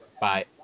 Bye